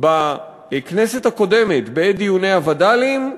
בכנסת הקודמת בעת דיוני הווד"לים,